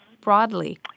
broadly